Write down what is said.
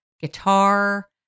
guitar